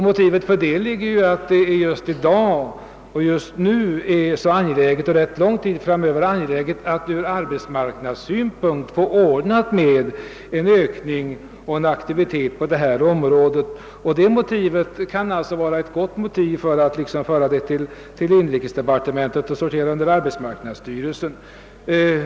Motivet härför är att det just nu och kanske för rätt lång tid framöver är angeläget att ur arbetsmarknadssynpunkt få en ökad aktivitet på detta område. Det kan vara ett gott motiv för att föra denna verksamhet till arbetsmarknadsstyrelsen och därmed till inrikesdepartementet.